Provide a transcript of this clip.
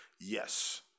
Yes